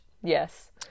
yes